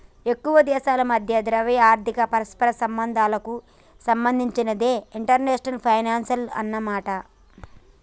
ఎక్కువ దేశాల మధ్య ద్రవ్య ఆర్థిక పరస్పర సంబంధాలకు సంబంధించినదే ఇంటర్నేషనల్ ఫైనాన్సు అన్నమాట